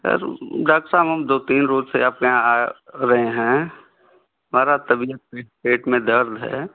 sir doctor साब हम दो तीन रोज से आपके यहाँ आ रहे हैं हमारा तबियत पेट पेट में दर्द है